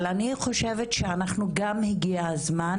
אבל אני חושבת שאנחנו גם הגיע הזמן